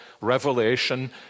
Revelation